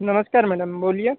नमस्कार मैडम बोलिए